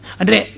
Andre